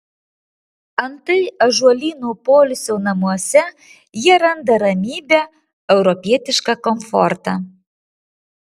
antai ąžuolyno poilsio namuose jie randa ramybę europietišką komfortą